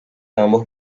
ambos